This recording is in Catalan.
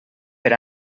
per